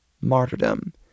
martyrdom